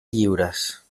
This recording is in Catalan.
lliures